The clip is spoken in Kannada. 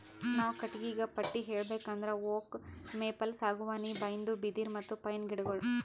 ನಾವ್ ಕಟ್ಟಿಗಿಗಾ ಪಟ್ಟಿ ಹೇಳ್ಬೇಕ್ ಅಂದ್ರ ಓಕ್, ಮೇಪಲ್, ಸಾಗುವಾನಿ, ಬೈನ್ದು, ಬಿದಿರ್, ಮತ್ತ್ ಪೈನ್ ಗಿಡಗೋಳು